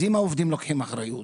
העובדים לוקחים אחריות,